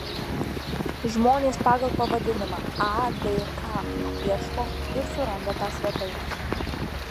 žmonės pagal pavadinimą adk ieško ir suranda tą svetainę